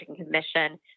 commission